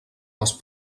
les